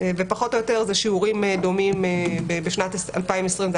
ופחות או יותר אלה שיעורים דומים: בשנת 2020 זה